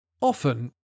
often